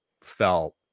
felt